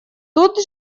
тут